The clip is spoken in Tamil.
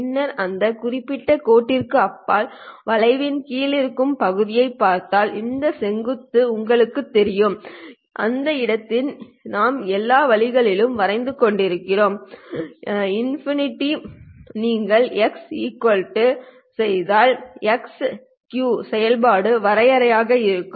பின்னர் அந்த குறிப்பிட்ட கோட்டிற்கு அப்பால் வளைவின் கீழ் இருக்கும் பகுதியைப் பார்த்தால் இந்த செங்குத்து உங்களுக்குத் தெரியும் அந்த இடத்திலிருந்து நாம் எல்லா வழிகளிலும் வரைந்து கொண்டிருக்கிறோம் ∞ நீங்கள் x செய்தால் Q செயல்பாட்டின் வரையறையாக இருக்கும்